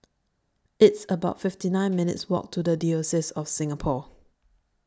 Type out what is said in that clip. It's about fifty nine minutes' Walk to The Diocese of Singapore